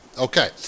Okay